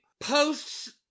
posts